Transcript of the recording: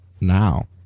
now